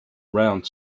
around